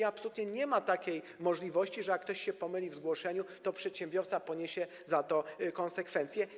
Absolutnie nie ma takiej możliwości, że jak ktoś się pomyli w zgłoszeniu, to przedsiębiorca poniesie tego konsekwencje.